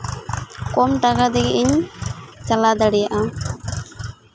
ᱠᱚᱢ ᱴᱟᱠᱟ ᱛᱮᱜᱮ ᱤᱧ ᱪᱟᱞᱟᱣ ᱫᱟᱲᱮᱭᱟᱜᱼᱟ